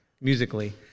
musically